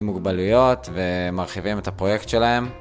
מוגבלויות ומרחיבים את הפרויקט שלהם.